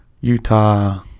Utah